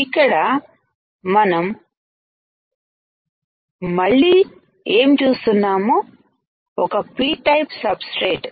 ఇక్కడ మనం మళ్లీ ఏం చూస్తున్నాము ఒక P టైపు సబ్ స్ట్రేట్